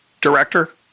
director